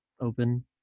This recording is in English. open